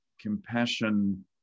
compassion